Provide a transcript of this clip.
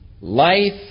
Life